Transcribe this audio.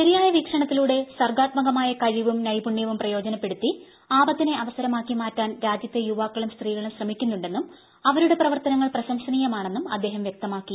ശരിയായ വീക്ഷണത്തിലൂടെ സർഗാത്മകമായ കഴിവും നൈപുണ്യവും പ്രയോജനപ്പെടുത്തി ആപത്തിനെ അവസരമാക്കി മാറ്റാൻ രാജ്യത്തെ യുവാക്കളും സ്ത്രീകളും ശ്രമിക്കുന്നുണ്ടെന്നും അവരുടെ പ്രവർത്തനങ്ങൾ പ്രശംസനീയമാണെന്നും അദ്ദേഹം വൃക്തമാക്കി